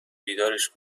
بیدارش